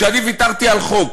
אני ויתרתי על החוק